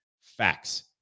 Facts